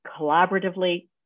collaboratively